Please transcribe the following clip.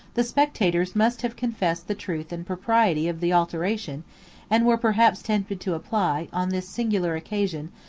the spectators must have confessed the truth and propriety of the alteration and were perhaps tempted to apply, on this singular occasion,